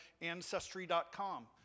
Ancestry.com